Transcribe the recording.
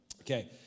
Okay